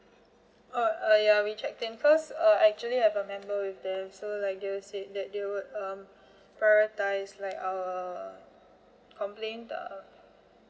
uh uh ya we check in first uh I actually have a member with them so like they were say that they would um prioritise like our complaint but